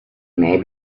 may